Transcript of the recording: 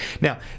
Now